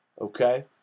Okay